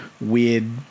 weird –